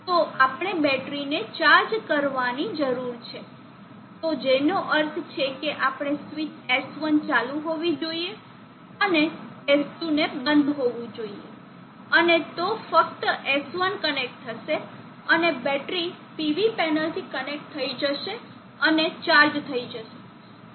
તો આપણે બેટરી ને ચાર્જ કરવાની જરૂર છે તો જેનો અર્થ છે કે આપણે સ્વીચ S1 ચાલુ હોવી જોઈએ અને S2 ને બંધ હોવું જોઈએ અને તો ફક્ત S1 કનેક્ટ થશે અને બેટરી PV પેનલથી કનેક્ટ થઈ જશે અને ચાર્જ થઈ જશે